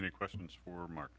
any questions for mark